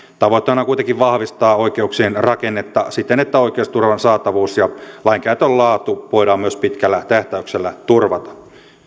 tavoitteena on kuitenkin vahvistaa oikeuksien rakennetta siten että oikeusturvan saatavuus ja lainkäytön laatu voidaan myös pitkällä tähtäyksellä turvata